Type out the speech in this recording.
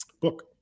book